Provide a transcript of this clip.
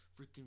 freaking